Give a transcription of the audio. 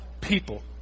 people